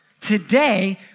Today